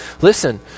listen